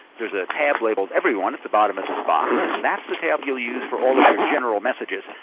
there's a tab labeled everyone at the bottom of this box, and that's the tab you'll use for all of your general messages,